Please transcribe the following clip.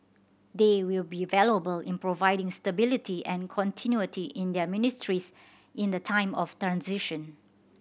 they will be valuable in providing stability and continuity to their ministries in the time of